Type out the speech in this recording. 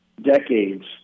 decades